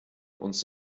uns